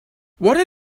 what